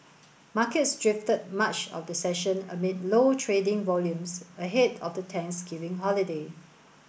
markets drifted much of the session amid low trading volumes ahead of the Thanksgiving holiday